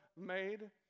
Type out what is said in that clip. made